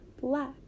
black